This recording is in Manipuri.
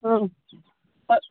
ꯎꯝ ꯍꯣꯏ